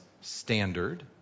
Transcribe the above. standard